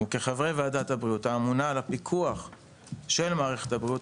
וכחברי וועדת הבריאות האמונה על הפיקוח של מערכת הבריאות,